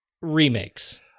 remakes